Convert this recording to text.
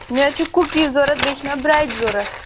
مےٚ حظ چھِ کُکیٖز ضوٚرَتھ بیٚیہِ چھِ مےٚ برٛیڈ ضوٚرَتھ